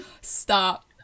Stop